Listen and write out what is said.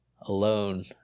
alone